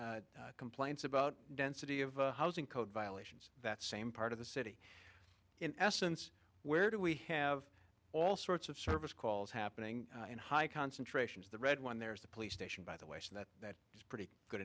complaints about density of housing code violations that same part of the city in essence where do we have all sorts of service calls happening in high concentrations the red when there's a police station by the way so that that is a pretty good